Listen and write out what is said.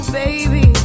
baby